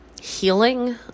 healing